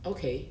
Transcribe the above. okay